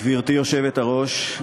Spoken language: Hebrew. גברתי היושבת-ראש,